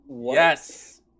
yes